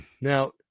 now